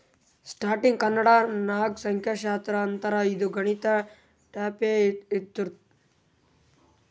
ಸ್ಟ್ಯಾಟಿಸ್ಟಿಕ್ಸ್ಗ ಕನ್ನಡ ನಾಗ್ ಸಂಖ್ಯಾಶಾಸ್ತ್ರ ಅಂತಾರ್ ಇದು ಗಣಿತ ಟೈಪೆ ಇರ್ತುದ್